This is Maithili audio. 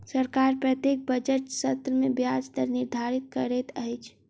सरकार प्रत्येक बजट सत्र में ब्याज दर निर्धारित करैत अछि